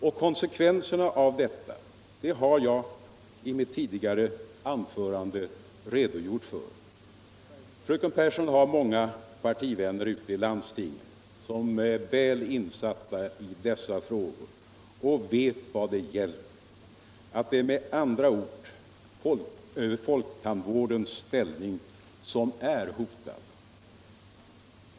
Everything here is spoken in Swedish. Och konsckvenserna av detta har jag i mitt tidigare anförande redogjort för. Fröken Pehrsson har många partivänner ute i landstingen som är väl insatta i dessa frågor och som vet vad det gäller - att det med andra ord är folktandvårdens ställning som är hotad.